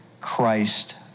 Christ